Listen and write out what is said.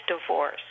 divorce